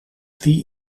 wie